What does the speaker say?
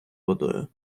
водою